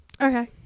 Okay